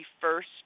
first